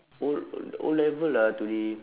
O-l~ O-level ah today